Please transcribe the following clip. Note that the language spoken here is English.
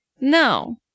No